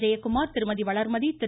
ஜெயகுமார் திருமதி வளர்மதி திரு